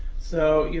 so, you